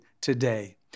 today